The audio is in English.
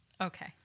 Okay